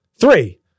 Three